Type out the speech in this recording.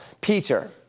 Peter